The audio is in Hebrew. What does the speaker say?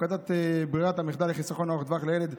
הפקדות ברירת מחדל לחיסכון ארוך טווח לילד),